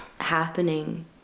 happening